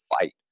fight